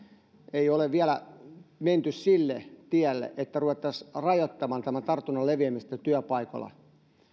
ei ole vielä menty sille tielle että ruvettaisiin rajoittamaan tämän tartunnan leviämistä työpaikoilla